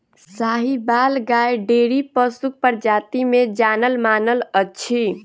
साहिबाल गाय डेयरी पशुक प्रजाति मे जानल मानल अछि